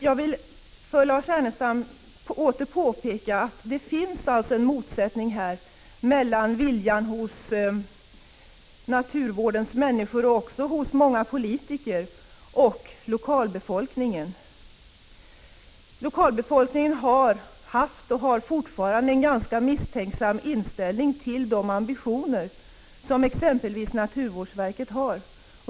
Jag vill för Lars Ernestam åter påpeka att det finns en motsättning mellan å ena sidan viljan hos naturvårdens människor och också hos många politiker och å andra sidan hos lokalbefolkningen. Lokalbefolkningen har haft och har fortfarande en ganska misstänksam inställning till de ambitioner som exempelvis naturvårdsverket har.